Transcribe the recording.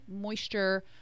moisture